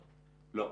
לא.